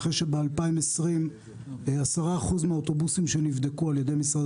אחרי שב-2020 10% מהאוטובוסים שנבדקו על ידי משרד